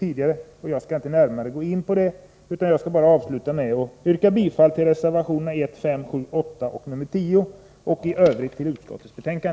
Jag går därför inte närmare in på den saken, utan jag skall avsluta mitt anförande med att yrka bifall till reservationerna 1, 5, 7, 8 och 10 samt i övrigt till utskottets hemställan.